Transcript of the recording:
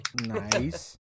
Nice